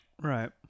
Right